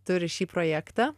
turi šį projektą